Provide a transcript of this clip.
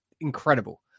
incredible